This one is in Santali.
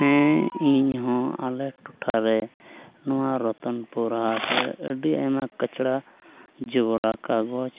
ᱦᱮᱸ ᱤᱧ ᱦᱚᱸ ᱟᱞᱮ ᱴᱚᱴᱷᱟ ᱨᱮ ᱱᱚᱣᱟ ᱨᱚᱛᱚᱱᱯᱩᱨ ᱦᱟᱴᱨᱮ ᱟᱹᱰᱤ ᱟᱭᱢᱟ ᱠᱟᱪᱲᱟ ᱡᱚᱵᱨᱟ ᱠᱟᱜᱚᱡᱽ